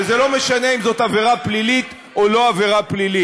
וזה לא משנה אם זאת עבירה פלילית או לא עבירה פלילית.